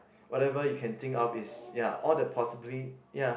whatever you can think of is ya all the possibly ya